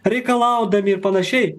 reikalaudami ir panašiai